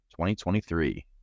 2023